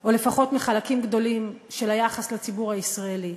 או לפחות מחלקים גדולים של היחס לציבור הישראלי,